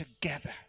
together